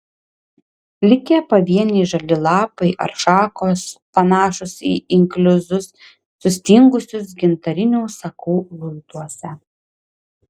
likę pavieniai žali lapai ar šakos panašūs į inkliuzus sustingusius gintarinių sakų luituose